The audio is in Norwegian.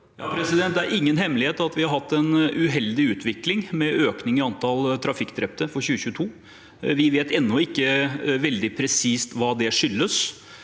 Det er ingen hemmelighet at vi har hatt en uheldig utvikling med økning i antallet trafikkdrepte for 2022. Vi vet ennå ikke veldig presist hva det skyldes.